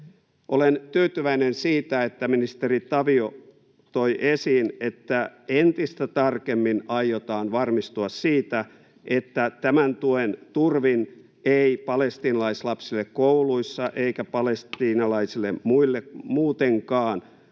Olen tyytyväinen siitä, että ministeri Tavio toi esiin, että entistä tarkemmin aiotaan varmistua siitä, että tämän tuen turvin ei palestiinalaislapsille kouluissa eikä palestiinalaisille muutenkaan